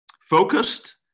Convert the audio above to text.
focused